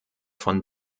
von